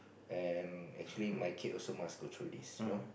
and actually my kid also must go through this you know